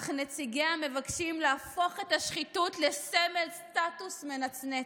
אך נציגיה מבקשים להפוך את השחיתות לסמל סטטוס מנצנץ,